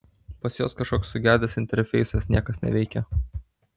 pas juos kažkoks sugedęs interfeisas niekas neveikia